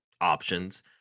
options